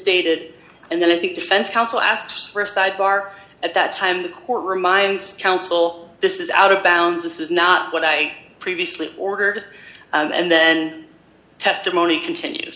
stated and then i think defense counsel asked for a side bar at that time the court reminds counsel this is out of bounds this is not what i previously ordered and then testimony continues